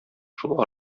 шул